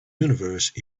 universe